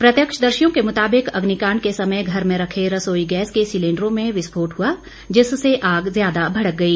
प्रत्यक्षदर्शियों के मुताबिक अग्निकांड के समय घर में रखे रसोई गैस के सिलेंडरों में विस्फोट हुआ जिससे आग ज्यादा भड़क गई